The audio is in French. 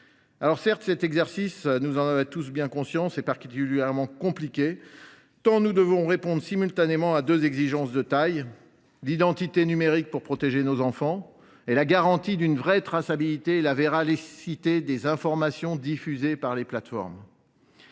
leurs obligations. Certes, nous en avons tous conscience, cet exercice est particulièrement complexe, tant nous devons répondre simultanément à deux exigences de taille : l’identité numérique pour protéger nos enfants ; la garantie d’une véritable traçabilité et la véracité des informations diffusées par les plateformes.